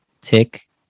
Tick